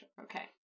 Okay